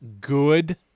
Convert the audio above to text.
good